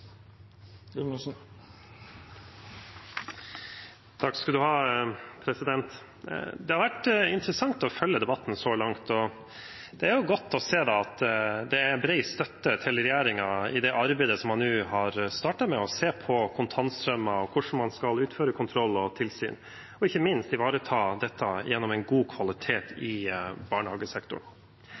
godt å se at det er bred støtte til regjeringen i det arbeidet som man har startet med å se på kontantstrømmer og hvordan man skal utføre kontroller og tilsyn, og ikke minst ivareta dette gjennom en god kvalitet i barnehagesektoren.